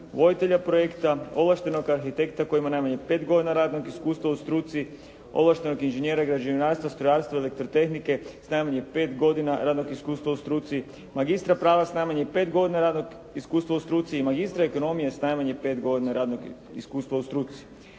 voditelja projekta, ovlaštenog arhitekta koji ima najmanje 5 godina radnog iskustva u struci, ovlaštenog inženjera građevinarstva, strojarstva i elektrotehnike s najmanje 5 godina radnog iskustva u struci, magistra prava s najmanje 5 godina radnog iskustva u struci i magistra ekonomije s najmanje 5 godina radnog iskustva u struci".